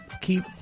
keep